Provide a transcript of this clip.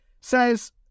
says